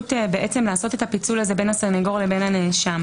האפשרות לעשות את הפיצול הזה בין הסנגור לנאשם